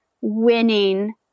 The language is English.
winning